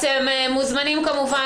(חברת הכנסת יוליה מלינובסקי יוצאת מאולם הוועדה) אתם מוזמנים כמובן,